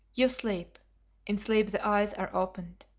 you sleep in sleep the eyes are opened.